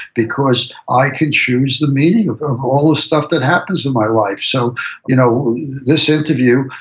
because i can choose the meaning of of all the stuff that happens in my life. so you know this interview,